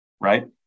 right